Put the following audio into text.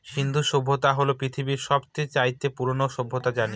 সিন্ধু সভ্যতা হল পৃথিবীর সব চাইতে পুরোনো সভ্যতা জানি